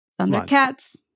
Thundercats